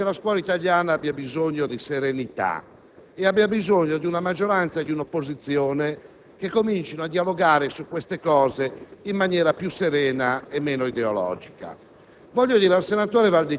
che trova sbocco in ordini del giorno ampiamente unitari, in cui maggioranza e opposizione ragionano concretamente sul provvedimento e indicano anche i correttivi necessari,